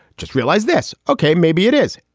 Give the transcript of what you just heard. just realize this. okay. maybe it is.